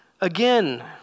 again